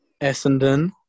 Essendon